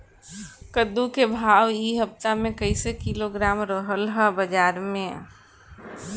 कद्दू के भाव इ हफ्ता मे कइसे किलोग्राम रहल ह बाज़ार मे?